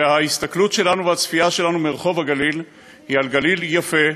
וההסתכלות שלנו והצפייה שלנו מרחוב הגליל היא על גליל יפה,